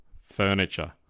furniture